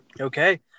Okay